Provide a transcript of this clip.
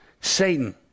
Satan